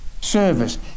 service